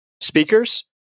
speakers